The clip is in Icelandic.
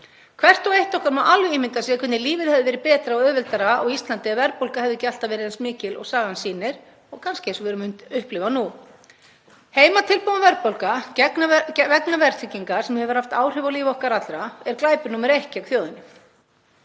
Hvert og eitt okkar má alveg ímynda sér hvernig lífið hefði verið betra og auðveldara á Íslandi ef verðbólga hefði ekki alltaf verið eins mikil og sagan sýnir, kannski eins og við erum að upplifa nú. Heimatilbúin verðbólga vegna verðtryggingar sem hefur haft áhrif á líf okkar allra er glæpur númer eitt gegn þjóðinni.